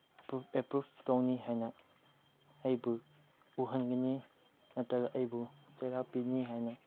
approve ꯇꯧꯅꯤ ꯍꯥꯏꯅ ꯑꯩꯕꯨ ꯎꯍꯟꯒꯅꯤ ꯅꯠꯇ꯭ꯔꯒ ꯑꯩꯕꯨ ꯆꯩꯔꯥꯛꯄꯤꯅꯤ ꯍꯥꯏꯅ